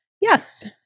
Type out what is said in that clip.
yes